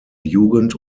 jugend